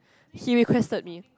he requested me